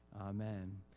Amen